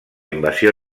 invasió